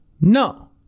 No